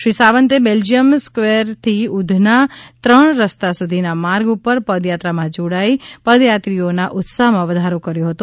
Shri Savante Belgium સ્કવેરથી ઉધના ત્રણ રસ્તા સુધીના માર્ગ ઉપર પદયાત્રામાં જોડાઈ પદયાત્રીઓના ઉત્સાહમાં વધારો કર્યો હતો